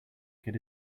get